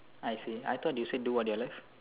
I see I thought you said do what you love